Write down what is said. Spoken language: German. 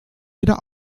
wieder